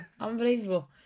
unbelievable